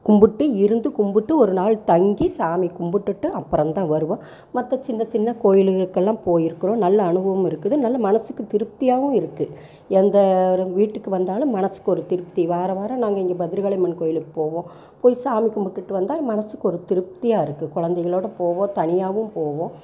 கும்பிட்டு இருந்து கும்பிட்டு ஒரு நாள் தங்கி சாமி கும்பிட்டுட்டு அப்புறந்தான் வருவோம் மற்ற சின்ன சின்ன கோயிலுகளுக்கு எல்லாம் போய் இருக்கிறோம் நல்லா அனுபவமும் இருக்குது நல்ல மனசுக்கு திருப்தியாவும் இருக்குது எந்த ஒரு வீட்டுக்கு வந்தாலும் மனசுக்கு ஒரு திருப்தி வாரம் வாரம் நாங்கள் இங்கே பத்திரகாளி அம்மன் கோயிலுக்கு போவோம் போய் சாமி கும்பிட்டுட்டு வந்தால் மனசுக்கு ஒரு திருப்தியாக இருக்குது குழந்தைகளோட போவோம் தனியாவும் போவோம்